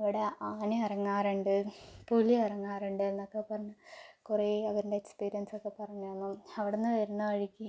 അവിടെ ആന ഇറങ്ങാറുണ്ട് പുലി ഇറങ്ങാറുണ്ടെന്നൊക്കെ പറഞ്ഞു കുറേ അവരുടെ എക്സ്പീരിയൻസൊക്കെ പറഞ്ഞു തന്നു അവിടെ നിന്നു വരുന്ന വഴിക്ക്